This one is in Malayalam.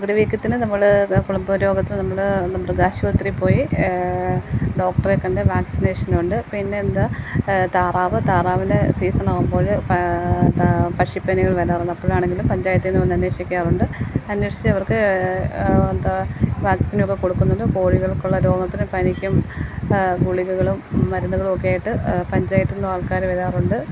അകിട് വീക്കത്തിന് നമ്മൾ കുളമ്പ് രോഗത്തിന് നമ്മൾ മൃഗാശുപത്രി പോയി ഡോക്ടറെ കണ്ടു വാക്സിനേഷൻ ഉണ്ട് പിന്നെ എന്താണ് താറാവ് താറാവിൻ്റെ സീസൺ ആവുമ്പോൾ പക്ഷിപ്പനികൾ വരാറുണ്ട് അപ്പോഴാണെങ്കിലും പഞ്ചായത്ത് നിന്ന് വന്നു അന്വേഷിക്കാറുണ്ട് അന്വേഷിച്ചു അവർക്ക് എന്താണ് വാക്സിനൊക്കെ കൊടുക്കുന്നുണ്ട് കോഴികൾക്കുള്ള രോഗത്തിന് പനിക്കും ഗുളികകളും മരുന്നുകളൊക്കെ ആയിട്ട് പഞ്ചായത്തിൽ നിന്നും ആൾക്കാർ വരാറുണ്ട്